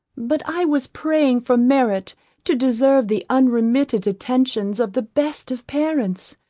but i was praying for merit to deserve the unremitted attentions of the best of parents.